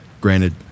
Granted